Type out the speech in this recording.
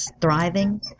thriving